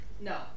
No